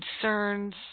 concerns